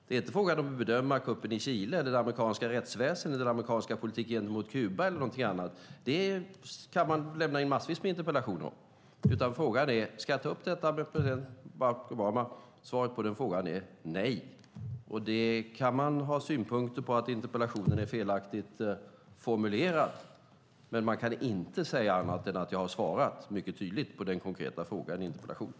Det är inte fråga om att bedöma kuppen i Chile, det amerikanska rättsväsendet, den amerikanska politiken gentemot Kuba eller något annat - det kan man lämna in massvis med interpellationer om - utan frågan är om jag ska ta upp detta med president Obama. Svaret på den frågan är nej. Man kan ha synpunkter på att interpellationen är felaktigt formulerad, men man kan inte säga annat än att jag mycket tydligt har svarat på den konkreta frågan i interpellationen.